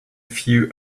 few